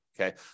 Okay